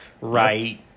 right